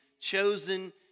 chosen